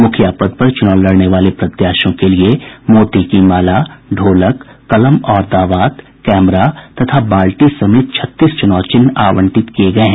मुखिया पद पर चुनाव लड़ने वाले प्रत्याशियों के लिए मोती का माला ढोलक कलम और दावात कैमरा तथा बाल्टी समेत छत्तीस चुनाव चिन्ह आवंटित किये गये हैं